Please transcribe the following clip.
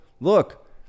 look